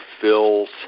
fills –